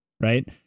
right